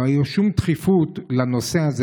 לא הייתה שום דחיפות בנושא הזה,